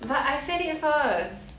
but I said it first